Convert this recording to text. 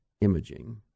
imaging